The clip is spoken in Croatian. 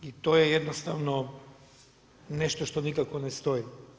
I to je jednostavno nešto što nikako ne stoji.